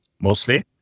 mostly